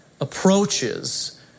approaches